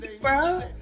bro